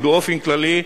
ובאופן כללי,